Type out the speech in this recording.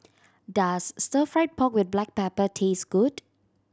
does Stir Fried Pork With Black Pepper taste good